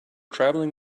traveling